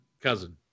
cousin